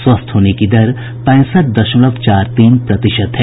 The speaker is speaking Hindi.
स्वस्थ होने की दर पैंसठ दशमलव चार तीन प्रतिशत है